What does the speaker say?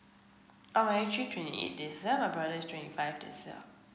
I'm actually twenty eight this year my brother is twenty five this year